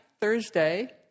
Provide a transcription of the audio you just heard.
Thursday